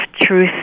Truth